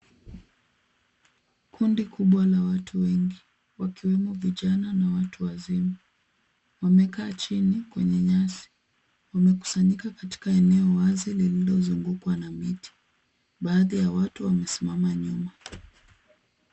Kundi kubwa la watu wengi wakiwemo vijana na watu wazima. Wamekaa chini kwenye nyasi. Wamekusanyika katika eneo wazi lililozungukwa na miti. Baadhi ya watu wamesimama nyuma.